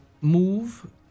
move